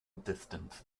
distance